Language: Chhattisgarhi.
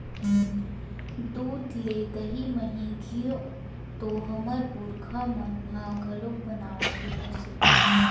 दूद ले दही, मही, घींव तो हमर पुरखा मन ह घलोक बनावत रिहिस हे